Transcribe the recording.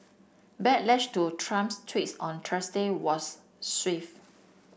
backlash to Trump's tweets on Thursday was swift